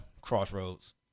Crossroads